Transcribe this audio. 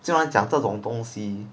竟然讲这种东西